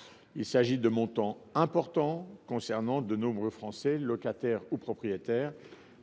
en 2022. Ces montants sont importants et concernent de nombreux Français, locataires ou propriétaires,